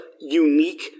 unique